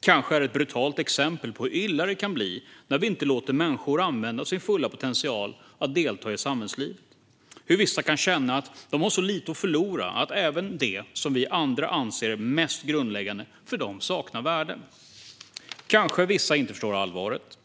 Kanske är det ett brutalt exempel på hur illa det kan bli när vi inte låter människor använda sin fulla potential att delta i samhällslivet. Kanske vissa kan känna att de har så lite att förlora att även det som vi andra anser vara det mest grundläggande saknar värde för dem. Kanske vissa inte förstår allvaret.